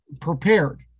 prepared